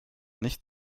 nicht